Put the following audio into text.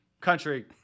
country